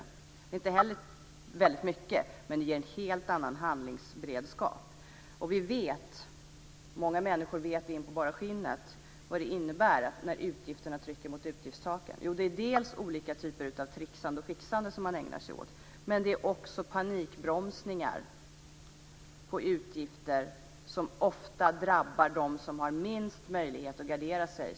Det är inte heller mycket, men det ger en helt annan handlingsberedskap. Vi vet - många människor vet det in på bara skinnet - vad det innebär när utgifterna trycker mot utgiftstaket. Det är dels olika typer av tricksande och fixande som man ägnar sig åt, dels panikbromsningar på utgifter som ofta allra mest drabbar dem som har minst möjlighet att gardera sig.